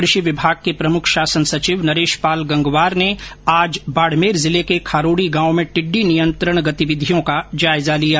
कृषि विभाग के प्रमुख शासन सचिव नरेश पाल गंगवार ने आज बाडमेर जिले के खारोडी गांव में टिड्डी नियंत्रण गतिविधियों का जायजा लिया